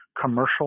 commercial